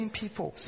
people